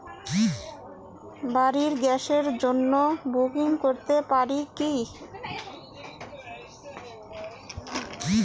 বাড়ির গ্যাসের জন্য বুকিং করতে পারি কি?